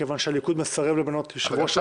מכיוון שהליכוד מסרב למנות יושב-ראש בוועדת החינוך.